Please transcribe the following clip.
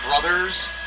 brothers